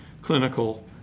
clinical